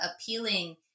appealing